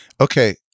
Okay